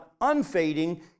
unfading